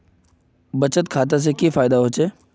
बचत खाता से की फायदा होचे?